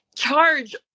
charge